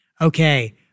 Okay